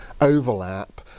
overlap